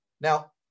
Now